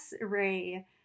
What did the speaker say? Ray